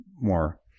more